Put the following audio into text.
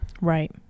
Right